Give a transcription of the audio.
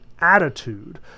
attitude